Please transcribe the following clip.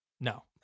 No